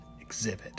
Exhibit